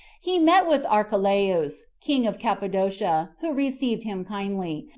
he met with archelaus, king of cappadocia, who received him kindly,